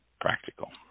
practical